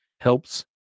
helps